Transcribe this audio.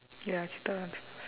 ya cheetah